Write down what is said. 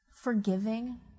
forgiving